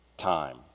time